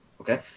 Okay